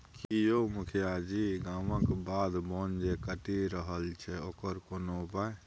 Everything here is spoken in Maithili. की यौ मुखिया जी गामक बाध बोन जे कटि रहल छै ओकर कोनो उपाय